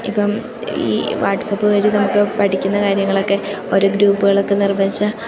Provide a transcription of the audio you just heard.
ഇപ്പം ഈ വാട്സപ്പ് വഴി നമുക്ക് പഠിക്കുന്ന കാര്യങ്ങളൊക്കെ ഓര് ഗ്രൂപ്പുകളൊക്കെ നിർമ്മിച്ച്